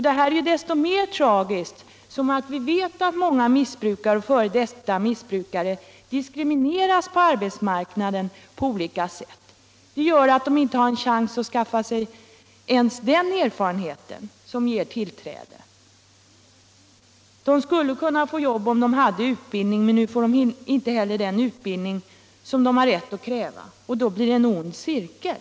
Detta är desto mer tragiskt som vi vet att många missbrukare och f.d. missbrukare diskrimineras på arbetsmarknaden på olika sätt. Det gör att de inte har någon chans att skaffa en erfarenhet som ger dem tillträde till högre utbildning. De skulle kunna få jobb om de hade utbildning, men nu får de inte heller en utbildning som de har rätt att kräva, och då blir följden en ond cirkel.